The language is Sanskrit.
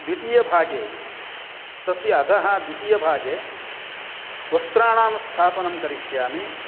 द्वितीयभागे तस्य अधः द्वितीयभागे वस्त्राणां स्थापनं करिष्यामि